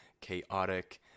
chaotic